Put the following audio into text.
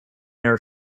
air